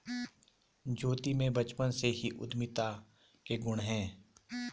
ज्योति में बचपन से ही उद्यमिता के गुण है